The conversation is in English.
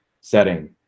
setting